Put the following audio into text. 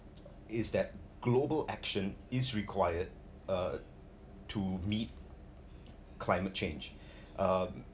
is that global action is required uh to meet climate change um